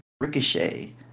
Ricochet